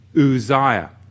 Uzziah